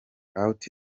out